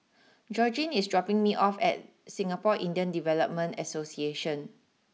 Georgine is dropping me off at Singapore Indian Development Association